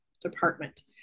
Department